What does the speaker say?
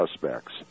suspects